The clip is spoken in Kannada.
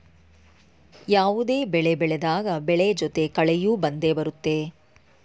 ಯಾವುದೇ ಬೆಳೆ ಬೆಳೆದಾಗ ಬೆಳೆ ಜೊತೆ ಕಳೆಯೂ ಬಂದೆ ಬರುತ್ತೆ